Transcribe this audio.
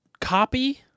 copy